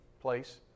place